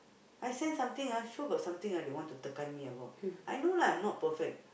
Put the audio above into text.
I sense something ah sure got something ah they want to tekan me about I know lah I'm not perfect